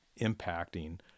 impacting